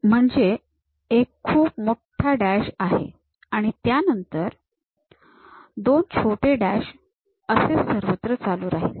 म्हणजे एक खूप मोठा डॅश आणि त्यानंतर दोन छोटे डॅश असेच सर्वत्र चालू राहील